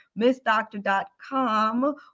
missdoctor.com